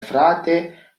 frate